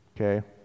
Okay